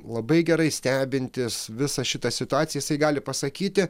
labai gerai stebintis visą šitą situaciją jisai gali pasakyti